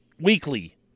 Weekly